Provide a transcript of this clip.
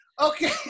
Okay